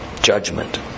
judgment